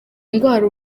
ndwara